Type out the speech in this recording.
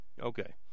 Okay